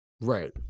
right